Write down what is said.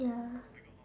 ya